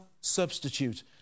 substitute